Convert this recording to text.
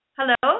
Hello